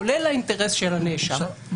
כולל האינטרס של הנאשם.